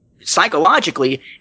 psychologically